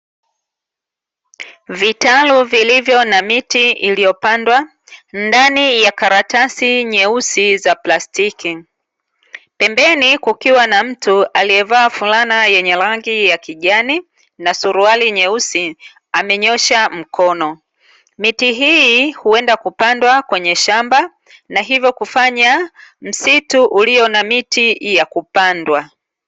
Vitalu vilivyo na miti iliyopandwa, ndani ya karatasi nyeusi za plastiki, pembeni kukiwa na mtu aliyevaa fulana yenye rangi ya kijani na suruali nyeusi amenyoosha mkono. Miti hii huenda kupandwa kwenye shamba na hivyo kufanya msitu ulio na miti ya kupandwa.